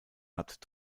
hat